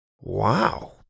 Wow